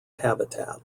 habitat